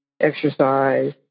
Exercise